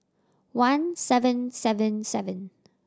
one seven seven seven